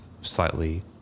slightly